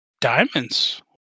Diamonds